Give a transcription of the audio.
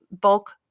bulk